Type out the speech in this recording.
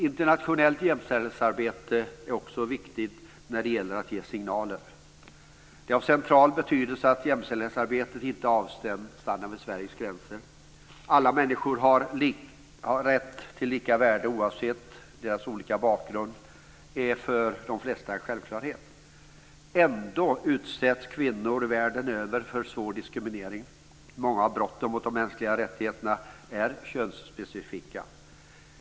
Internationellt jämställdhetsarbete är också viktigt när det gäller att ge signaler. Det är av central betydelse att jämställdhetsarbetet inte avstannar vid Sveriges gränser. Alla människor har rätt till lika värde oavsett deras olika bakgrund. Det är för de flesta en självklarhet. Ändå utsätts kvinnor världen över för svår diskriminering. Många av brotten mot de mänskliga rättigheterna är könsspecifika.